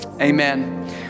amen